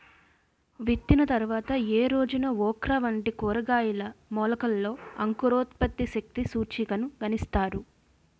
విత్తిన తర్వాత ఏ రోజున ఓక్రా వంటి కూరగాయల మొలకలలో అంకురోత్పత్తి శక్తి సూచికను గణిస్తారు?